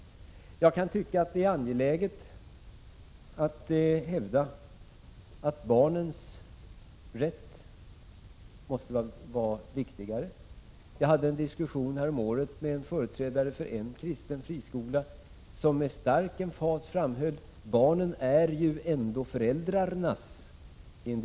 Jag kan tycka att det är angeläget att hävda att barnens rätt måste vara viktigare. Häromåret hade jag en diskussion med en företrädare för en kristen friskola som med emfas framhöll: Barnen är ju ändå föräldrarnas!